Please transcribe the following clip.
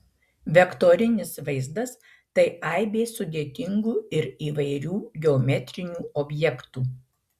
vektorinis vaizdas tai aibė sudėtingų ir įvairių geometrinių objektų